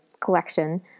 collection